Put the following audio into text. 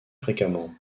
fréquemment